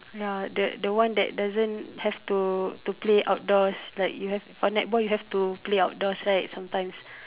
ya the the one that doesn't have to to play outdoors like you have for netball you have to play outdoors right sometimes